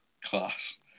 class